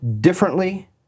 differently